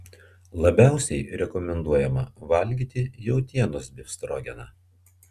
labiausiai rekomenduojama valgyti jautienos befstrogeną